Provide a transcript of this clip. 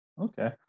Okay